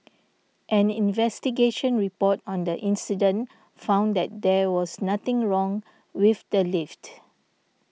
an investigation report on the incident found that there was nothing wrong with the lift